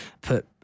put